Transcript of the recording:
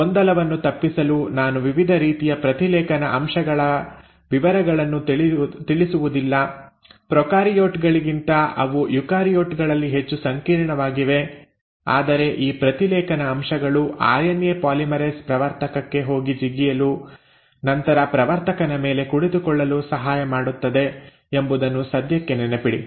ಗೊಂದಲವನ್ನು ತಪ್ಪಿಸಲು ನಾನು ವಿವಿಧ ರೀತಿಯ ಪ್ರತಿಲೇಖನ ಅಂಶಗಳ ವಿವರಗಳನ್ನು ತಿಳಿಸುವುದಿಲ್ಲ ಪ್ರೊಕಾರಿಯೋಟ್ ಗಳಿಗಿಂತ ಅವು ಯುಕಾರಿಯೋಟ್ ಗಳಲ್ಲಿ ಹೆಚ್ಚು ಸಂಕೀರ್ಣವಾಗಿವೆ ಆದರೆ ಈ ಪ್ರತಿಲೇಖನ ಅಂಶಗಳು ಆರ್ಎನ್ಎ ಪಾಲಿಮರೇಸ್ ಪ್ರವರ್ತಕಕ್ಕೆ ಹೋಗಿ ಜಿಗಿಯಲು ನಂತರ ಪ್ರವರ್ತಕನ ಮೇಲೆ ಕುಳಿತುಕೊಳ್ಳಲು ಸಹಾಯ ಮಾಡುತ್ತದೆ ಎಂಬುದನ್ನು ಸದ್ಯಕ್ಕೆ ನೆನಪಿಡಿ